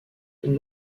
est